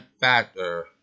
factor